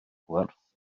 gwerth